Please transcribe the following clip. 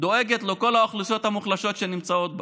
דואגת לכל האוכלוסיות המוחלשות שנמצאות בה.